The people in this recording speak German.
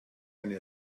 seine